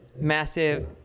massive